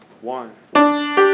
One